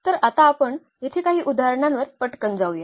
तर आता आपण येथे काही उदाहरणांवर पटकन जाऊया